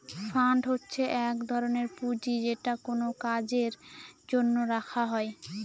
fund হচ্ছে এক ধরনের পুঁজি যেটা কোনো কাজের জন্য রাখা হয়